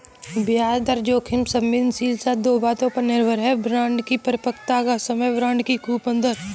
ब्याज दर जोखिम संवेदनशीलता दो बातों पर निर्भर है, बांड की परिपक्वता का समय, बांड की कूपन दर